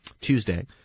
Tuesday